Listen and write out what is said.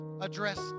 address